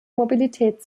mobilität